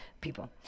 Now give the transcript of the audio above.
people